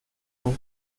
hau